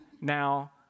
now